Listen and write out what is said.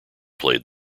played